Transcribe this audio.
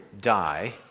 die